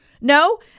No